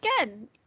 again